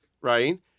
right